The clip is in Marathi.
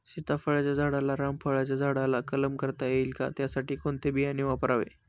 सीताफळाच्या झाडाला रामफळाच्या झाडाचा कलम करता येईल का, त्यासाठी कोणते बियाणे वापरावे?